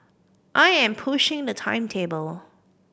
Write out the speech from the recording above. I am pushing the timetable